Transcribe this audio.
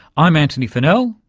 i'm antony funnell,